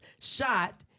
shot